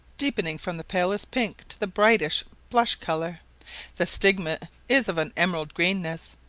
deepening from the palest pink to the brightest blush colour the stigma is of an emerald greenness,